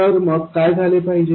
तर मग काय झाले पाहिजे